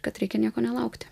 kad reikia nieko nelaukti